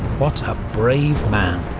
what a brave man!